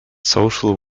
social